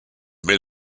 mais